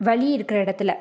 வலி இருக்கிற இடத்துல